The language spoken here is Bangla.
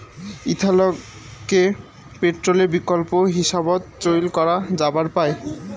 ইথানলকে পেট্রলের বিকল্প হিসাবত চইল করা যাবার পায়